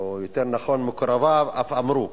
או יותר נכון מקורביו אף אמרו: